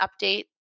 update